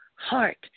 Heart